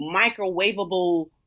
microwavable